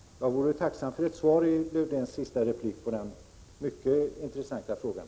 Jag vore tacksam om jag i Lars-Erik Lövdéns sista inlägg kunde få ett svar på den mycket intressanta frågan.